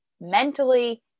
mentally